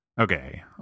Okay